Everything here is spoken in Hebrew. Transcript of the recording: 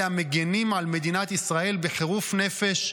אלה המגינים על מדינת ישראל בחירוף נפש,